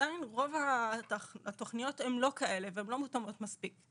עדיין רוב התוכניות הן לא כאלה ולא מותאמות מספיק.